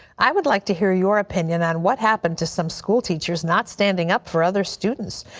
i would like to hear your opinion on what happened to some schoolteachers not standing up for other students.